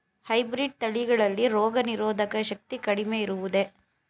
Hybrid ತಳಿಗಳಲ್ಲಿ ರೋಗನಿರೋಧಕ ಶಕ್ತಿ ಕಡಿಮೆ ಇರುವುದೇ?